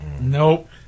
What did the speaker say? Nope